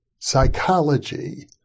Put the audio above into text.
Psychology